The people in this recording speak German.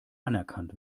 anerkannt